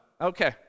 Okay